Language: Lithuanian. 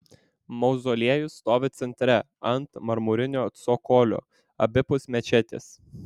mauzoliejus stovi centre ant marmurinio cokolio abipus mečetės